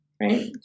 Right